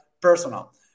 personal